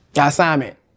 assignment